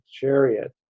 chariot